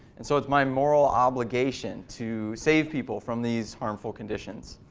and so it's my moral obligation to save people from these harmful conditions.